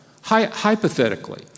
hypothetically